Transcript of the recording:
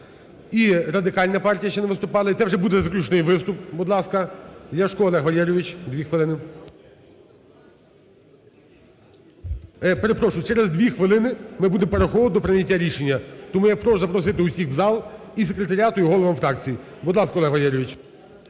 І Радикальна партія ще не виступала, і це вже буде заключний виступ. Будь ласка, Ляшко Олег Валерійович дві хвилини. Перепрошую, через дві хвилини ми будемо переходити до прийняття рішення. Тому я прошу запросити всіх в зал і секретаріату, і головам фракцій. Будь ласка, Олег Валерійович.